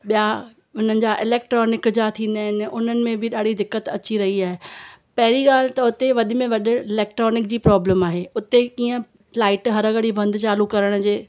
ॿिया हुन जा इलेक्ट्रोनिक जा थींदा आहिनि उन्हनि में बि ॾाढी दिक़त अची रही आहे पहिरीं ॻाल्हि त उते वध में वधि इलेक्ट्रोनिक जी प्रॉब्लम आहे उते कीअं लाइट हर घड़ी बंदि चालू करण जे